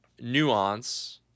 nuance